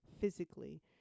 physically